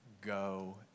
go